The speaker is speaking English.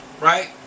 Right